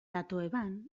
tatoeban